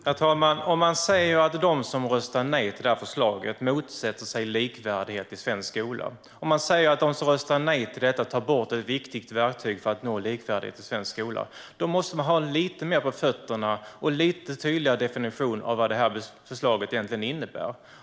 Herr talman! Om man säger att de som röstar nej till det här förslaget motsätter sig likvärdighet i svensk skola och tar bort ett viktigt verktyg för att nå likvärdighet i svensk skola, då måste man ha lite mer på fötterna och en lite tydligare definition av vad det här förslaget egentligen innebär.